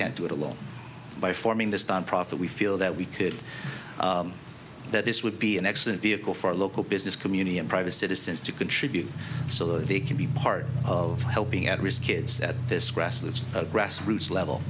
can't do it alone by forming this nonprofit we feel that we could that this would be an excellent vehicle for local business community and private citizens to contribute so they can be part of helping at risk kids at this crest of a grassroots level